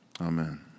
amen